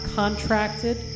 contracted